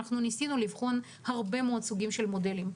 ניסינו לבחון הרבה מאוד סוגים של מודלים,